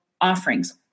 offerings